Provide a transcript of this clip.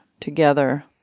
together